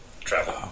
Travel